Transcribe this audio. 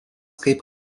kaip